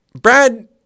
Brad